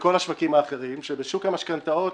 וכל השווקים האחרים, שבשוק המשכנתאות